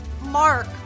Mark